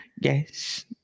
Yes